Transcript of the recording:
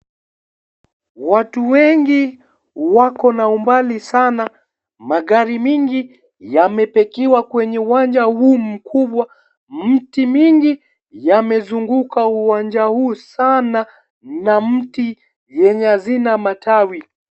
Watu wengi wako na umbali sana, magari mingi yamepakiwa kwenye uwanja huu mkubwa, miti mingi yamezunguka uwanja huu sana na miti yenye hazina matawi.